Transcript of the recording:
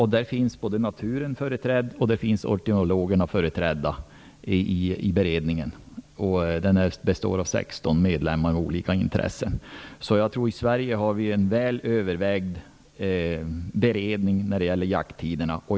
I beredningen finns företrädare både för naturen och för ornitologerna. Den består av 16 medlemmar med olika intressen. Jag tror att vi i Sverige har en väl avvägd beredning när det gäller jakttiderna.